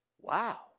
wow